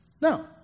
No